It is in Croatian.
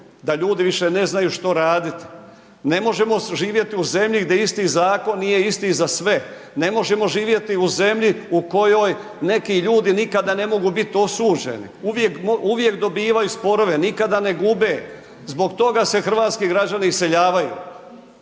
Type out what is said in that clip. da ljudi više ne znaju što raditi. Ne možemo živjeti u zemlji gdje isti zakon nije isti za sve. Ne možemo živjeti u zemlji u kojoj neki ljudi nikada ne mogu biti osuđeni, uvijek dobivaju sporove, nikada ne gube. Zbog toga se hrvatski građani iseljavaju.